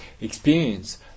experience